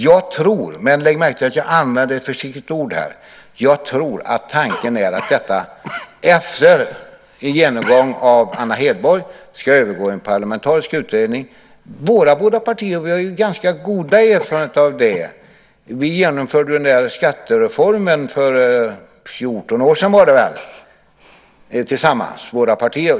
Jag tror - lägg märke till att jag använder ett försiktigt ord - att tanken är att detta efter en genomgång av Anna Hedborg ska övergå i en parlamentarisk utredning. Våra båda partier har ju ganska goda erfarenheter av det. Vi genomförde skattereformen för 14 år sedan tillsammans.